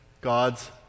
God's